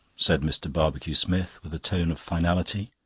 said mr. barbecue-smith with a tone of finality,